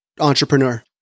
entrepreneur